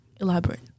elaborate